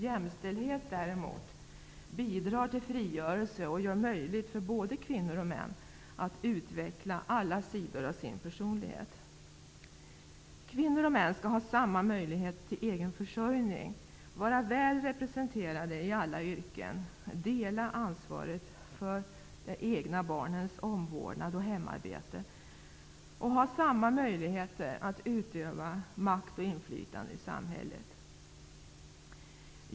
Jämställdhet bidrar däremot till frigörelse och gör det möjligt för både kvinnor och män att utveckla alla sidor av sin personlighet. Kvinnor och män skall ha samma möjlighet till egen försörjning, vara väl representerade i alla yrken, dela ansvaret för hemarbete och de egna barnens omvårdnad samt ha samma möjligheter att utöva makt och inflytande i samhället.